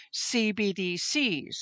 CBDCs